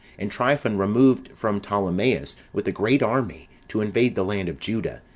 and tryphon removed from ptolemais with a great army, to invade the land of juda,